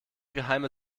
geheime